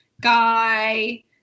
guy